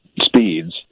speeds